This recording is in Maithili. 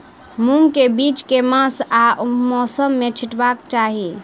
मूंग केँ बीज केँ मास आ मौसम मे छिटबाक चाहि?